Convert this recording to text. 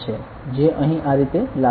જે અહીં આ રીતે લાગશે